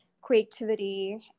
creativity